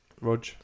Rog